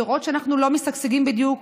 לראות שאנחנו לא משגשגים בדיוק,